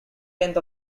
length